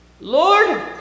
Lord